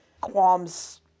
qualms